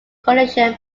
coalition